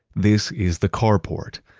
this is the carport,